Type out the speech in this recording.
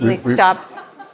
Stop